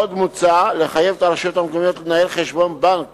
עוד מוצע לחייב את הרשויות המקומיות לנהל חשבון בנק